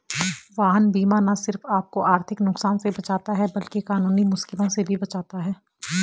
वाहन बीमा न सिर्फ आपको आर्थिक नुकसान से बचाता है, बल्कि कानूनी मुश्किलों से भी बचाता है